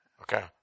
Okay